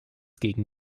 gegen